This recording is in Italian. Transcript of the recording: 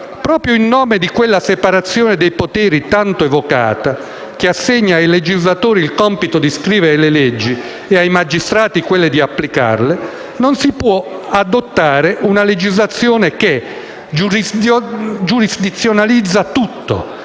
Proprio in nome di quella separazione dei poteri tanto evocata, che assegna ai legislatori il compito di scrivere le leggi e ai magistrati quello di applicarle, non si può adottare una legislazione che giurisdizionalizza tutto